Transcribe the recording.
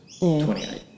28